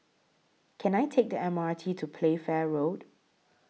Can I Take The M R T to Playfair Road